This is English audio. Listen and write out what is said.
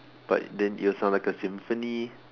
but then it'll sound like a symphony